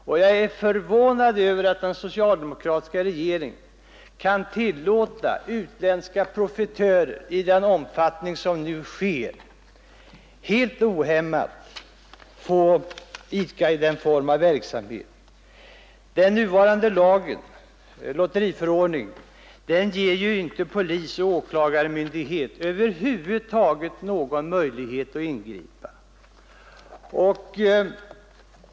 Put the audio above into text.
Och jag är förvånad över att den socialdemokratiska regeringen kan tillåta utländska profitörer att i den omfattning som nu sker helt ohämmat idka den formen av verksamhet. Den nuvarande lagen, lotteriförordningen, ger inte polisoch åklagarmyndighet någon som helst möjlighet att ingripa.